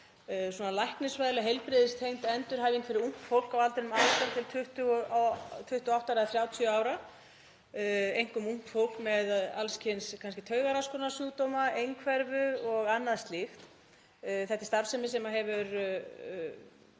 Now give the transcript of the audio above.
það, læknisfræðileg heilbrigðistengd endurhæfing fyrir ungt fólk á aldrinum 18–28 eða 30 ára, einkum ungt fólk með alls kyns taugaröskunarsjúkdóma, einhverfu og annað slíkt. Þetta er starfsemi sem hefur